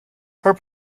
her